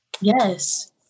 Yes